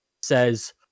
says